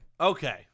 Okay